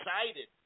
excited